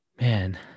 Man